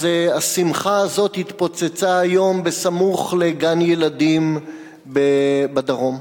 אז השמחה הזאת התפוצצה היום בסמוך לגן-ילדים בדרום.